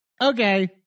okay